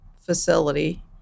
facility